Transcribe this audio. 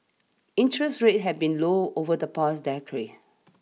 interest rates have been low over the past